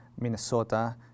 Minnesota